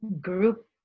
group